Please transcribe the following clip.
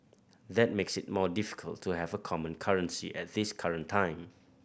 that makes it more difficult to have a common currency at this current time